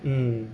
mm